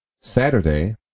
Saturday